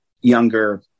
younger